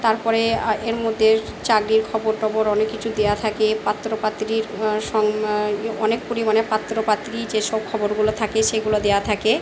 তারপরে এর মধ্যে চাকরির খবর টবর অনেক কিছু দেওয়া থাকে পাত্র পাত্রীর অনেক পরিমাণে পাত্র পাত্রী যেসব খবরগুলো থাকে সেগুলো দেওয়া থাকে